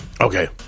Okay